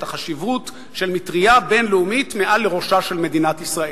את החשיבות של מטרייה בין-לאומית מעל לראשה של מדינת ישראל.